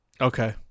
Okay